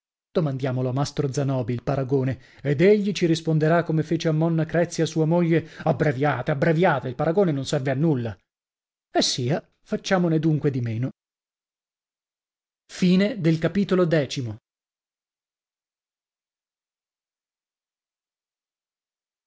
a mastro zanobi il paragone ed egli ci risponderà come fece a monna crezia sua moglie abbreviate abbreviate il paragone non serve a nulla e sia facciamone dunque di meno xi non